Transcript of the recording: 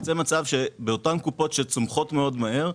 באותן קופות שצומחות מאוד מהר,